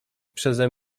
przeze